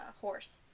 horse